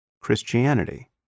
Christianity